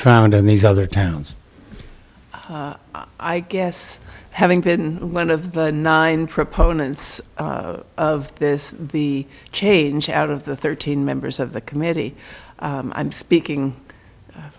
found in these other towns i guess having been one of the nine proponents of this the change out of the thirteen members of the committee i'm speaking